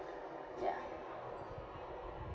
yeah